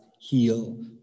heal